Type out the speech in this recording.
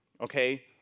okay